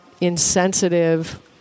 insensitive